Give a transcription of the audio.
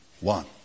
one